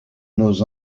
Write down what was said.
nos